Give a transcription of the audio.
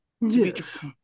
Yes